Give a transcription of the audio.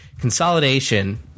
Consolidation